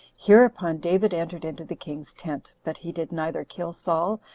hereupon david entered into the king's tent but he did neither kill saul,